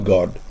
God